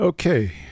Okay